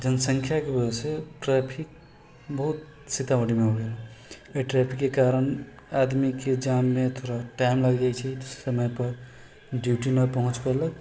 जनसंख्याके वजहसँ ट्रैफिक बहुत सीतामढ़ीमे हो गेल अइ ट्रैफिकके कारण आदमीके जाममे थोड़ा टाइम लागि जाइ छै समयपर ड्यूटी नहि पहुँच पएलक